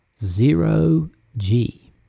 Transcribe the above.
Zero-G